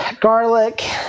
garlic